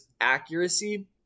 accuracy